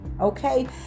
Okay